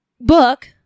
book